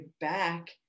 back